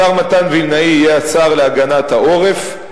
השר מתן וילנאי יהיה השר להגנת העורף,